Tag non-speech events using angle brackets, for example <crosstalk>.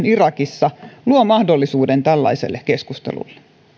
<unintelligible> irakissa luo mahdollisuuden tällaiselle keskustelulle